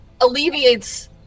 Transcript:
alleviates